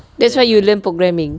that's why you learn programming